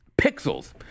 Pixels